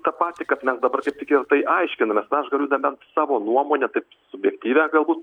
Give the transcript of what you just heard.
tą patį kad mes dabar kaip tik ir tai aiškinamės na aš galiu nebent savo nuomonę taip subjektyvią galbūt